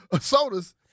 sodas